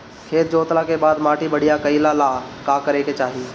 खेत जोतला के बाद माटी बढ़िया कइला ला का करे के चाही?